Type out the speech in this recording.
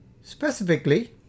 Specifically